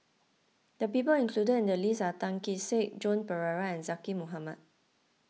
the people included in the list are Tan Kee Sek Joan Pereira and Zaqy Mohamad